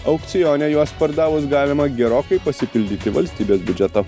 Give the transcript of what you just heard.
aukcione juos pardavus galima gerokai pasipildyti valstybės biudžetą